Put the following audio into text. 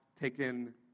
taken